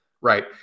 right